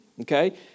Okay